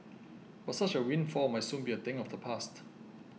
but such a windfall might soon be a thing of the past